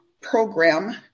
program